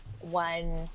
one